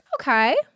Okay